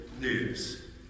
news